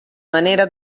manera